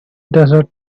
desert